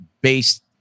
based